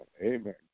Amen